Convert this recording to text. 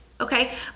okay